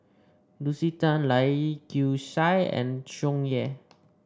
Lucy Tan Lai Kew Chai and Tsung Yeh